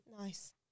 Nice